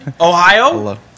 Ohio